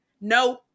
No